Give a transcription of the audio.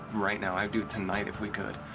right now. i'd do it tonight if we could.